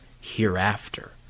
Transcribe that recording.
hereafter